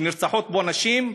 שנרצחות בהם נשים,